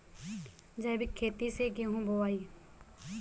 जैविक खेती से गेहूँ बोवाई